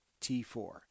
T4